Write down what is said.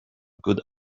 good